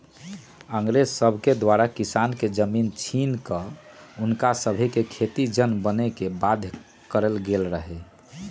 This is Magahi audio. अंग्रेज सभके द्वारा किसान के जमीन छीन कऽ हुनका सभके खेतिके जन बने के बाध्य कएल गेल रहै